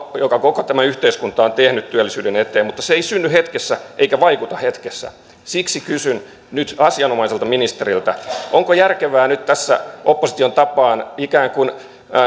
koko tämä yhteiskunta on tehnyt työllisyyden eteen mutta se ei synny hetkessä eikä vaikuta hetkessä siksi kysyn nyt asianomaiselta ministeriltä onko järkevää nyt tässä opposition tapaan ikään kuin